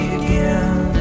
again